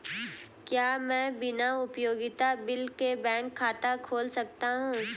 क्या मैं बिना उपयोगिता बिल के बैंक खाता खोल सकता हूँ?